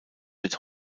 wird